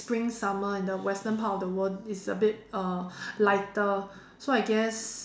spring summer in the Western part of the world it's a bit uh lighter so I guess